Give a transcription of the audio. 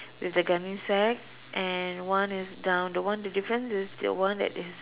with the gunny sack and one is down the one the difference is the one that is